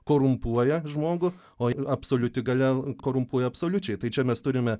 korumpuoja žmogų o absoliuti galia korumpuoja absoliučiai tai čia mes turime